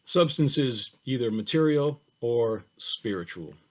substance is either material or spiritual,